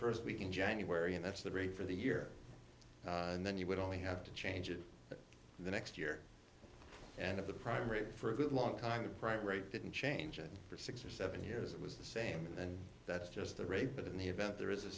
the st week in january and that's the rate for the year and then you would only have to change it the next year and of the prime rate for a long time the prime rate didn't change it for six or seven years it was the same and that's just the rate but in the event there is a